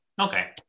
okay